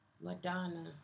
Madonna